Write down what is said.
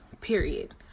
period